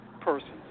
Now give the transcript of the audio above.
persons